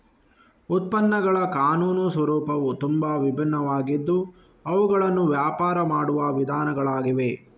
ಉತ್ಪನ್ನಗಳ ಕಾನೂನು ಸ್ವರೂಪವು ತುಂಬಾ ವಿಭಿನ್ನವಾಗಿದ್ದು ಅವುಗಳನ್ನು ವ್ಯಾಪಾರ ಮಾಡುವ ವಿಧಾನಗಳಾಗಿವೆ